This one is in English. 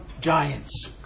Giants